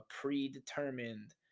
predetermined